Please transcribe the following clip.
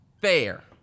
fair